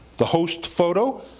the host photo,